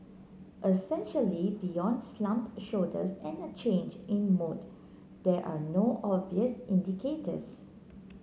essentially beyond slumped shoulders and a change in mood there are no obvious indicators